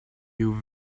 you